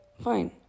fine